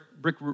brick